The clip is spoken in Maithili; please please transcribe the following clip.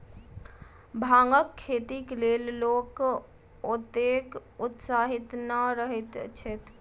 भांगक खेतीक लेल लोक ओतेक उत्साहित नै रहैत छैथ